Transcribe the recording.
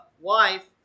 wife